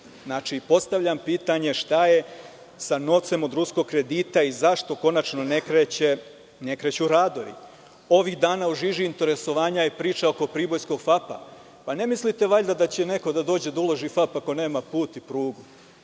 postavljam pitanje – šta je sa novcem od ruskog kredita i zašto konačno ne kreću radovi? Ovih dana u žiži interesovanja je priča oko pribojskog „Fapa“. Ne mislite valjda da će neko da dođe da uloži u „Fap“ ako nema put i prugu?